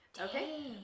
Okay